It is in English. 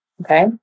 Okay